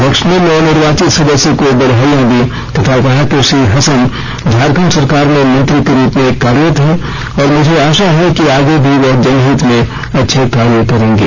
अध्यक्ष ने नवनिर्वाचित सदस्य को बधाइयां दी तथा कहा कि श्री हसन झारखंड सरकार में मंत्री के रूप में कार्यरत हैं मुझे आशा है आगे भी वह जनहित में अच्छे कार्य करेंगे